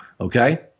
Okay